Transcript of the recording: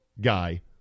guy